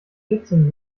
vierzehn